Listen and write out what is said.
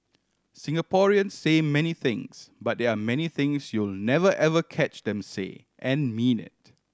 Singaporeans say many things but there are many things you'll never ever catch them say and mean it